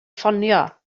ffonio